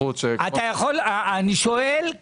אל תגיד לי